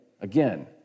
Again